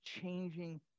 changing